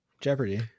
Jeopardy